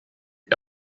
die